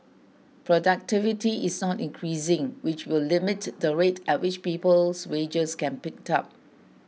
productivity is not increasing which will limit the rate at which people's wages can pick up